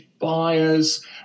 buyers